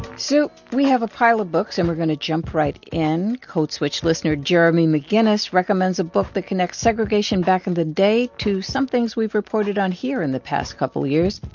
so we have a pile of books, and we're going to jump right in. code switch listener jeremy mcginness recommends a book that connects segregation back in the day to some things we've reported on here in the past couple years.